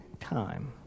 time